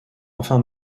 enfin